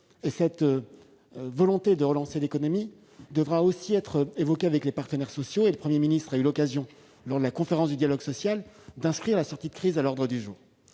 et la volonté de relancer l'économie devront être évoquées avec les partenaires sociaux. Le Premier ministre a déjà eu l'occasion, lors de la Conférence du dialogue social, d'inscrire la sortie de crise à l'ordre du jour.